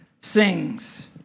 sings